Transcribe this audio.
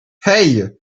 hey